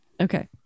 Okay